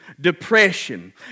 Depression